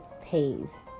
pays